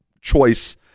choice